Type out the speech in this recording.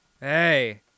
Hey